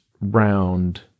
round